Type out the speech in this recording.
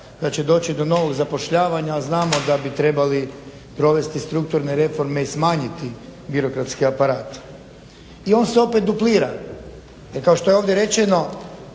da će doći do novog zapošljavanja, a znamo da bi trebali provesti strukturne reforme i smanjiti birokratski aparat. I on se opet duplira i kao što je ovdje rečeno